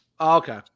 Okay